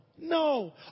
no